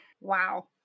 Wow